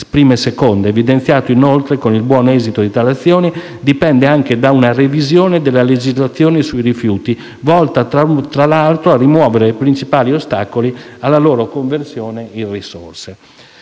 prime seconde. Va evidenziato inoltre, che il buon esito di tale azioni dipende anche da una revisione della legislazione sui rifiuti, volta, tra l'altro, a rimuovere i principali ostacoli alla loro conversione in risorse.